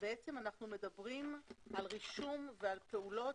אנחנו בעצם מדברים על רישום ועל פעולות